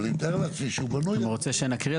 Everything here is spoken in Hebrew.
אבל אני מתאר לעצמי שהוא בנוי --- אתה רוצה שנקריא,